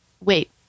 wait